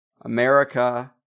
America